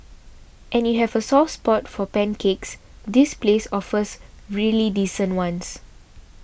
and if you have a soft spot for pancakes this place offers really decent ones